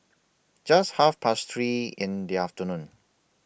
Just Half Past three in The afternoon